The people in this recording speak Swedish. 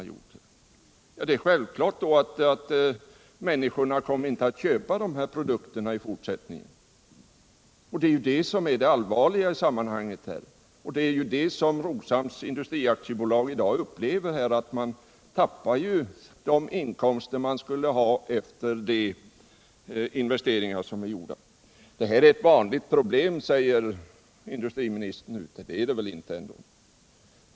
I så fall är det självklart att människorna inte kommer att köpa de produkterna i fortsättningen. Det är detta som är det allvarliga i sammanhanget, och det är ju det som Roshamns Industri AB upplever: företaget tappar därigenom de inkomster det annars skulle ha fått efter de investeringar det gjort. Detta är ett vanligt problem, säger industriministern. Men så är det väl ändå inte.